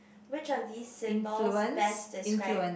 which of this symbols best describe